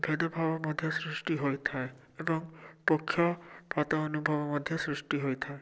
ଭେଦଭାବ ମଧ୍ୟ ସୃଷ୍ଟି ହୋଇଥାଏ ଏବଂ ପକ୍ଷପାତ ଅନୁଭବ ମଧ୍ୟ ସୃଷ୍ଟି ହୋଇଥାଏ